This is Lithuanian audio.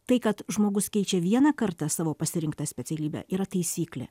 tai kad žmogus keičia vieną kartą savo pasirinktą specialybę yra taisyklė